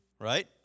Right